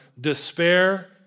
despair